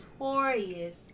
notorious